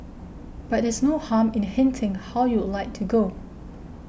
but there's no harm in hinting how you'd like to go